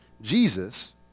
Jesus